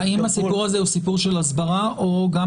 האם הסיפור הזה הוא סיפור של הסברה או גם